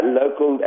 local